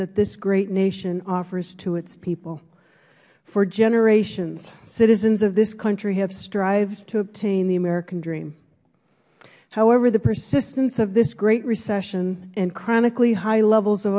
that this great nation offers to its people for generations citizens of this country have strived to obtain the american dream however the persistence of this great recession and chronically high levels of